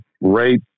rate